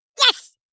Yes